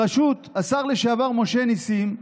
בראשות השר לשעבר משה נסים,